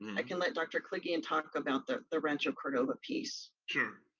i can let dr. koligian talk about the the rancho cordova piece. sure.